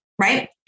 right